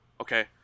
Okay